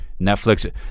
Netflix